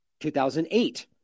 2008